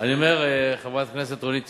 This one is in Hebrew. אני אומר, חברת הכנסת רונית תירוש,